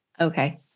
Okay